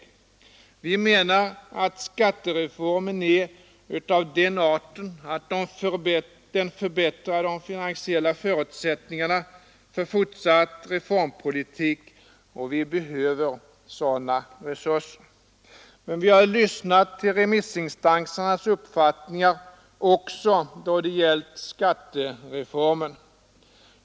Vi menar att skattereformen är av den arten att den förbättrar de finansiella resurserna för fortsatt reformpolitik. Vi behöver sådana resurser. Men vi har lyssnat till remissinstansernas uppfattningar också när det gällt skattereformen.